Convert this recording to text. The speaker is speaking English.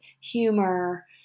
humor